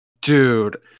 Dude